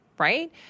right